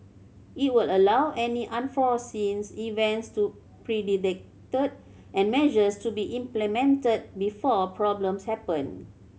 it will allow any unforeseen events to predicted and measures to be implemented before problems happen